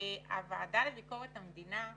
הוועדה לביקורת המדינה בראשותי,